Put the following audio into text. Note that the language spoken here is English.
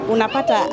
Unapata